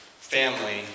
family